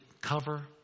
cover